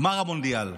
גמר המונדיאל,